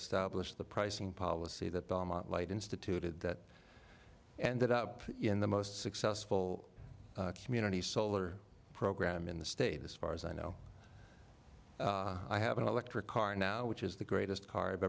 established the pricing policy that belmont light instituted that ended up in the most successful community solar program in the state as far as i know i have an electric car now which is the greatest car